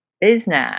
business